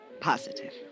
Positive